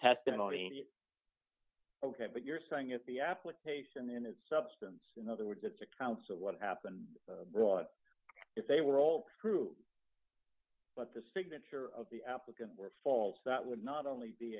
testimony ok but you're saying if the application is substance in other words it's accounts of what happened if they were all true but the signature of the applicant were false that would not only be